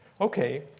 Okay